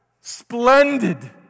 splendid